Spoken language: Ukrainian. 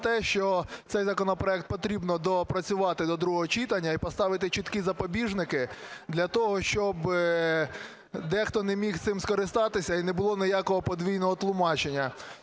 що цей законопроект потрібно доопрацювати до другого читання і поставити чіткі запобіжники для того, щоб дехто не міг цим скористатися і не було ніякого подвійного тлумачення.